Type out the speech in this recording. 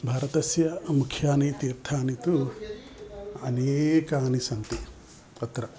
भारतस्य मुख्यानि तीर्थानि तु अनेकानि सन्ति तत्र